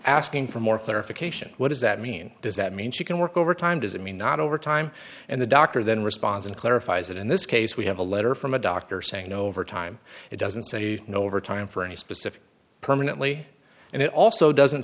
asking for more clarification what does that mean does that mean she can work overtime does it mean not overtime and the doctor then responds and clarifies that in this case we have a letter from a doctor saying over time it doesn't say you know overtime for any specific permanently and it also doesn't